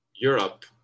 Europe